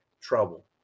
trouble